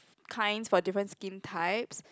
kinds for different skin types